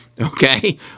Okay